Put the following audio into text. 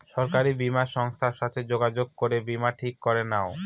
সরকারি বীমা সংস্থার সাথে যোগাযোগ করে বীমা ঠিক করে নাও